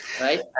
Right